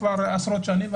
עשרות שנים.